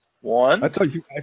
One